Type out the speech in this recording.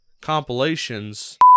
compilations